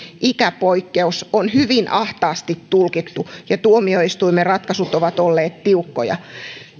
ikäpoikkeus on hyvin ahtaasti tulkittu ja tuomioistuimen ratkaisut ovat olleet tiukkoja